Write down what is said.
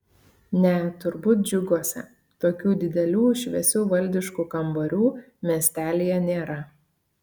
ne turbūt džiuguose tokių didelių šviesių valdiškų kambarių miestelyje nėra